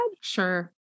Sure